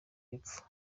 y’epfo